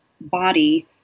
body